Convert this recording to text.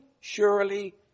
surely